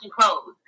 clothes